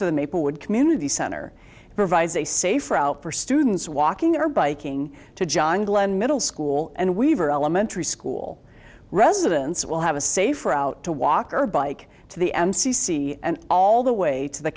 to the maplewood community center provides a safe route for students walking or biking to john glen middle school and weaver elementary school residents will have a safe route to walk or bike to the m c c and all the way to the